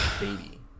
baby